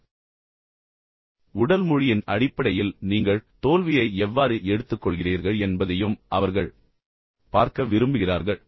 எனவே இது உங்களுக்கு ஒரு தோல்வியாக இருக்கும் ஆனால் உடல் மொழியின் அடிப்படையில் நீங்கள் தோல்வியை எவ்வாறு எடுத்துக்கொள்கிறீர்கள் என்பதையும் அவர்கள் பார்க்க விரும்புகிறார்கள்